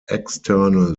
external